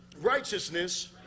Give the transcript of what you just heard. righteousness